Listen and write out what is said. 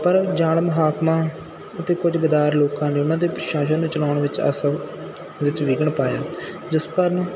ਪਰ ਅਣਜਾਣ ਮਹਾਤਮਾ ਅਤੇ ਕੁਝ ਗੱਦਾਰ ਲੋਕਾਂ ਨੇ ਉਹਨਾਂ ਦੇ ਪ੍ਰਸ਼ਾਸਨ ਨੂੰ ਚਲਾਉਣ ਵਿੱਚ ਆ ਸਭ ਵਿੱਚ ਵਿਘਨ ਪਾਇਆ ਜਿਸ ਕਾਰਨ